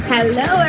Hello